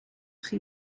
chi